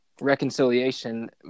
reconciliation